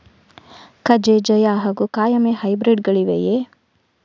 ಕಜೆ ಜಯ ಹಾಗೂ ಕಾಯಮೆ ಹೈಬ್ರಿಡ್ ಗಳಿವೆಯೇ?